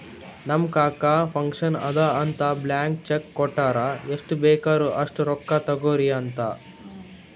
ನಮ್ ಕಾಕಾ ಫಂಕ್ಷನ್ ಅದಾ ಅಂತ್ ಬ್ಲ್ಯಾಂಕ್ ಚೆಕ್ ಕೊಟ್ಟಾರ್ ಎಷ್ಟ್ ಬೇಕ್ ಅಸ್ಟ್ ರೊಕ್ಕಾ ತೊಗೊರಿ ಅಂತ್